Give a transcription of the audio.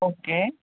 okay